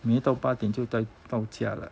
应该八点就到家了